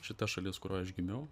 šita šalis kurioj aš gimiau